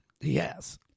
Yes